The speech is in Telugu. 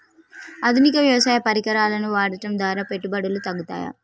ఆధునిక వ్యవసాయ పరికరాలను వాడటం ద్వారా పెట్టుబడులు తగ్గుతయ?